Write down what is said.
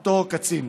אותו קצין: